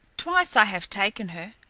twice i have taken her.